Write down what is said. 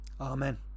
Amen